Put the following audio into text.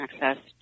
access